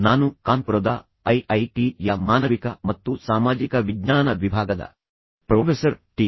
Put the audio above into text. ನಾನು ಕಾನ್ಪುರ ದ ಐಐಟಿ ಯ ಮಾನವಿಕ ಮತ್ತು ಸಾಮಾಜಿಕ ವಿಜ್ಞಾನ ವಿಭಾಗದ ಪ್ರೊಫೆಸರ್ ಟಿ